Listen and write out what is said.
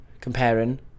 comparing